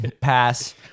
Pass